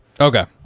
Okay